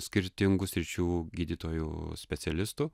skirtingų sričių gydytojų specialistų